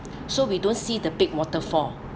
so we don't see the big waterfall